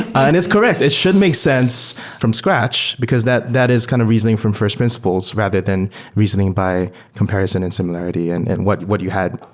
and it's correct. it should make sense from scratch, because that that is kind of reasoning from fi rst principles rather than reasoning by comparison and similarity and and what what you had,